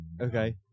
Okay